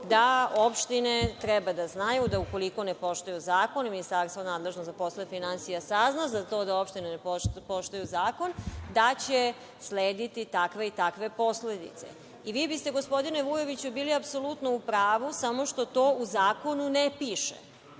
da opštine treba da znaju da ukoliko ne poštuju zakon ministarstvo nadležno za poslove finansija sazna za to da opština ne poštuje zakon, da će slediti takve i takve posledice.I, vi biste gospodine Vujoviću bili apsolutno u pravu samo to što u zakonu ne piše.